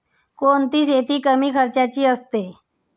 कोणती शेती कमी खर्चाची असते?